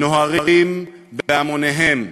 נוהרים בהמוניהם,